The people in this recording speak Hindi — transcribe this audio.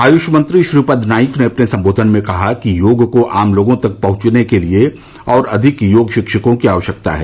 आयुष मंत्री श्रीपद नाइक ने अपने संबोधन में कहा योग को आम लोगों तक पहंचाने के लिए और अधिक योग शिक्षकों की आवश्यकता है